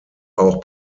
auch